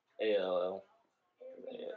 A-L-L